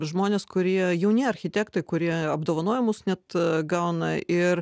žmonės kurie jauni architektai kurie apdovanojimus net gauna ir